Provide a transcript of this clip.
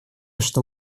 что